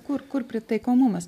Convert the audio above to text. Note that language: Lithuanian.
kur kur pritaikomumas